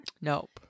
Nope